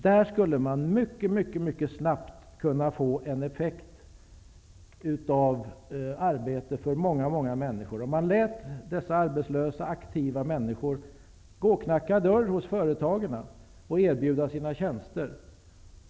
Man skulle mycket snabbt kunna få en effekt i form av arbete för många många människor, om man lät arbetslösa aktiva människor knacka dörr hos företagen och erbjuda sina tjänster.